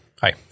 Hi